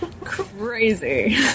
crazy